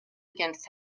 against